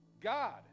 God